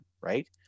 right